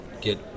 get